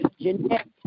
Jeanette